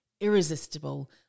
irresistible